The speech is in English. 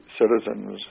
citizens